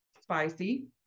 spicy